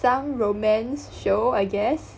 some romance show I guess